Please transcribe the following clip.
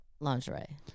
lingerie